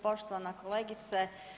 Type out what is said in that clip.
Poštovana kolegice.